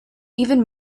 even